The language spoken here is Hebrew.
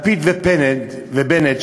לפיד ובנט,